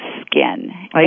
skin